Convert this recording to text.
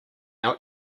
out